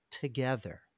together